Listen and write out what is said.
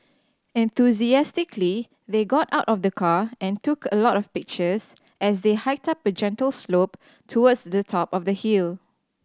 enthusiastically they got out of the car and took a lot of pictures as they hiked up a gentle slope towards the top of the hill